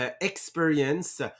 experience